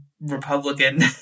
Republican